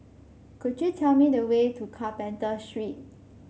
could you tell me the way to Carpenter Street